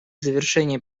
завершения